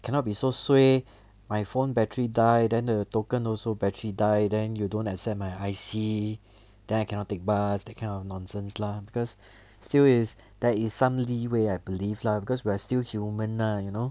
cannot be so suay my phone battery die then the token also battery die then you don't accept my I_C then I cannot take bus that kind of nonsense lah because still is there is some leeway I believe lah because we're still human lah you know